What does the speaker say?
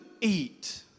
eat